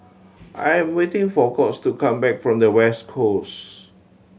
I am waiting for Colts to come back from the West Coast